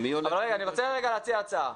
אני רוצה להציע הצעה.